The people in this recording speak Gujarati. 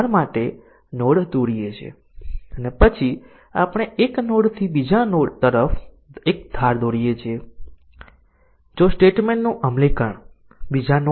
તેથી આનો અમારો ખરેખર અર્થ શું છે તે છે કે જો આપણે MC DC ટેસ્ટીંગ કરી રહ્યા છીએ તો અમને કોઈ અન્ય કન્ડિશન ની ટેસ્ટીંગ વિશે ચિંતા કરવાની જરૂર નથી